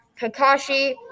Kakashi